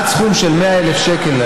עד סכום של 100,000 שקל,